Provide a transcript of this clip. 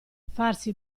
farsi